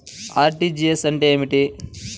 RTGS అంటే ఏమిటి?